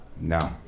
No